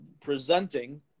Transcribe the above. presenting